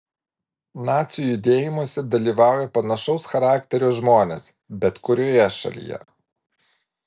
nacių judėjimuose dalyvauja panašaus charakterio žmonės bet kurioje šalyje